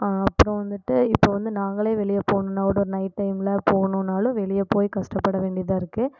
அப்புறம் வந்துட்டு இப்போ வந்து நாங்களே வெளியே போகணும்னாக்கூட ஒரு நைட் டைமில் போகணும்னாலும் வெளியே போய் கஷ்டபட வேண்டியதாயிருக்கு